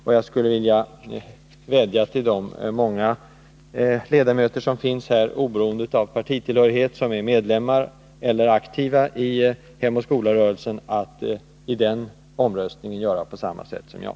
Och jag vill vädja till de många ledamöter som är medlemmar eller aktiva i Hemoch skola-rörelsen att, oberoende av partitillhörighet, i denna omröstning göra på samma sätt som jag.